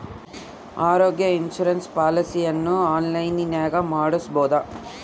ಆರೋಗ್ಯ ಇನ್ಸುರೆನ್ಸ್ ಪಾಲಿಸಿಯನ್ನು ಆನ್ಲೈನಿನಾಗ ಮಾಡಿಸ್ಬೋದ?